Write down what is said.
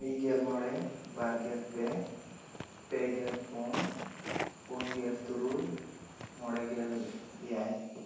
ᱢᱤᱫ ᱜᱮᱞ ᱢᱚᱬᱮ ᱵᱟᱨᱜᱮᱞ ᱯᱮ ᱯᱮᱜᱮᱞ ᱯᱩᱱ ᱯᱩᱱ ᱜᱮᱞ ᱛᱩᱨᱩᱭ ᱢᱚᱬᱮᱜᱮᱞ ᱮᱭᱟᱭ